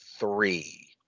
three